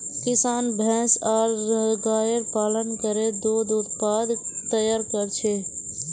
किसान भैंस आर गायर पालन करे दूध उत्पाद तैयार कर छेक